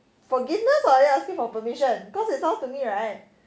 forgiveness or you are asking permission cause it sounds to me right